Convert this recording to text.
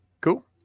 Cool